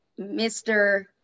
Mr